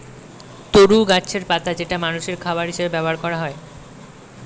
তরু গাছের পাতা যেটা মানুষের খাবার হিসেবে ব্যবহার করা হয়